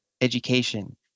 education